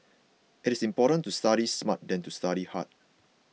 it is more important to study smart than to study hard